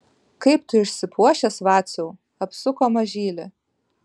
kaip tu išsipuošęs vaciau apsuko mažylį